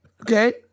Okay